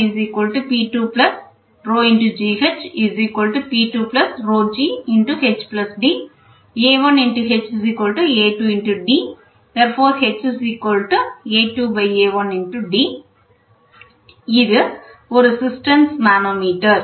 இது ஒரு cisterns manometer